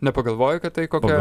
nepagalvojai kad tai kokia